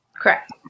Correct